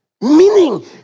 Meaning